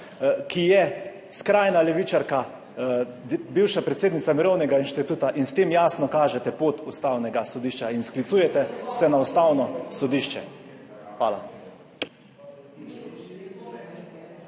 ki je skrajna levičarka, bivša predsednica Mirovnega inštituta in s tem jasno kažete pot Ustavnega sodišča in sklicujete se na Ustavno sodišče.